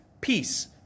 peace